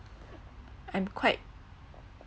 I'm quite